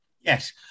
Yes